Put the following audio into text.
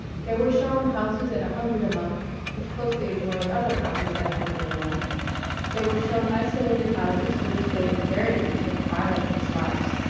they were shown houses at a hundred a month which closely adjoined other houses at a hundred a month they were shown isolated houses to which they invariably took violent dislikes,